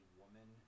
woman